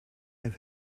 have